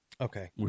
Okay